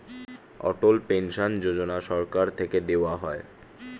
অটল pension Yojana সরকার থেকে দেওয়া হয়